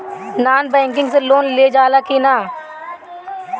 Non banking से loan लेल जा ले कि ना?